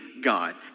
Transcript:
God